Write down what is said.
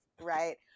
right